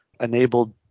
enabled